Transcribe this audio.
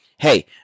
Hey